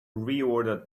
reorder